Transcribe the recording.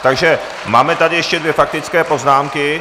Takže máme tady ještě dvě faktické poznámky.